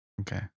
Okay